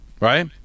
right